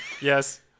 Yes